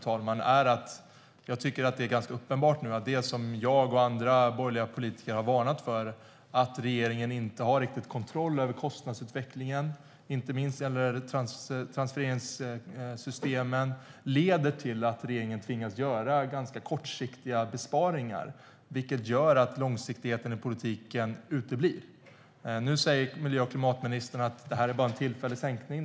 Det är nu uppenbart att det som jag och andra borgerliga politiker har varnat för - det vill säga att regeringen inte har kontroll över kostnadsutvecklingen, inte minst vad gäller transfereringssystemen - leder till att regeringen tvingas göra ganska kortsiktiga besparingar, och då uteblir långsiktigheten i politiken. Klimat och miljöministern säger att det är en tillfällig sänkning.